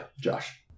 Josh